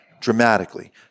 dramatically